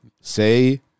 say